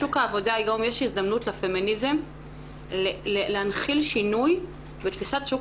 בשוק העבודה היום יש הזדמנות לפמיניזם להנחיל שינוי בתפיסת שוק